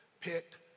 picked